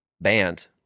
band